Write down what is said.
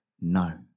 No